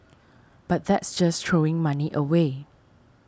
but that's just throwing money away